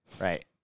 Right